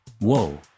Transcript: Whoa